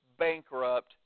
bankrupt